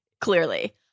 clearly